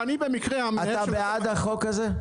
אני במקרה המנהל של --- אתה בעד החוק הזה?